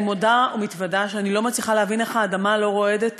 אני מודה ומתוודה שאני לא מצליחה להבין איך האדמה לא רועדת